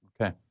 Okay